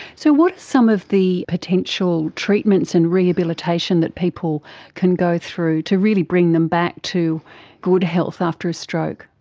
so what's some of the potential treatments and rehabilitation that people can go through to really bring them back to good health after a stroke?